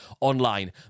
online